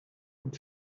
und